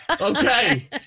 Okay